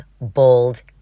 bold